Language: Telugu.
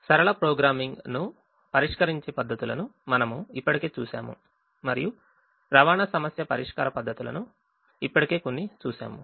లీనియర్ ప్రోగ్రామింగ్ను పరిష్కరించే పద్ధతులను మనము ఇప్పటికే చూశాము మరియు అసైన్మెంట్ ప్రాబ్లెమ్ పరిష్కార పద్ధతులను ఇప్పటికే కొన్ని చూసాము